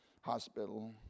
Hospital